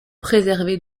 préservées